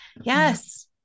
Yes